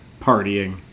partying